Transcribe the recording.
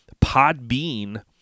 Podbean